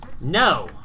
No